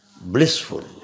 blissful